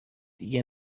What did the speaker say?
دیگه